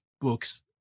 books